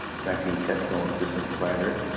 grantee technical assistant provider,